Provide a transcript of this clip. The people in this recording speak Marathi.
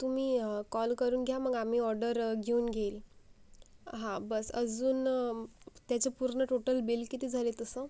तुम्मी कॉल करून घ्या मंग आमी ऑर्डर गेऊन घेईल हां बस अजूनम् त्याचे पूर्न टोटल बिल किती झाले तसं